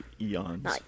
eons